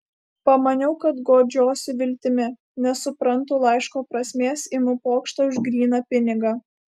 pamaniau kad guodžiuosi viltimi nesuprantu laiško prasmės imu pokštą už gryną pinigą